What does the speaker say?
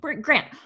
Grant